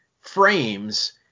frames